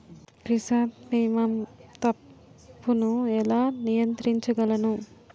Chrysanthemum తప్పును ఎలా నియంత్రించగలను?